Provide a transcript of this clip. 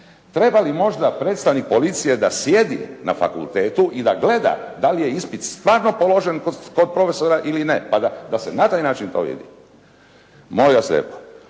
Trebali možda predstavnik policije da sjedi na fakultetu i da gleda dali je ispit stvarno položen kod profesora ili ne, pa da se na taj način to vidi. Molim vas lijepo,